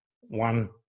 one